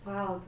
Wow